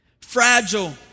Fragile